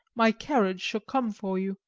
my carriage shall come for you,